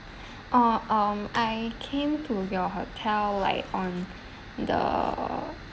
oh um I came to your hotel like on the